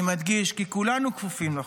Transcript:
אני מדגיש כי כולנו כפופים לחוק,